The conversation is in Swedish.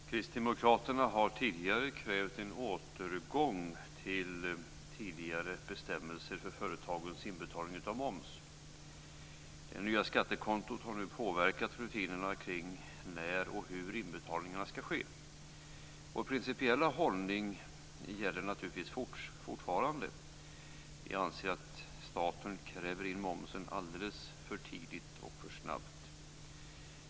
Herr talman! Kristdemokraterna har tidigare krävt en återgång till tidigare bestämmelser för företagens inbetalning av moms. Det nya skattekontot har påverkat rutinerna kring när och hur inbetalningarna skall ske. Vår principiella hållning gäller naturligtvis fortfarande. Vi anser att staten kräver in momsen alldeles för tidigt och för snabbt.